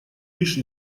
лишь